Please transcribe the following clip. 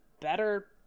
better